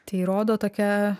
tai rodo tokia